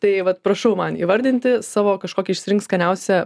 tai vat prašau man įvardinti savo kažkokį išsirink skaniausią